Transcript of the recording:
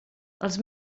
els